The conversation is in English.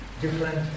different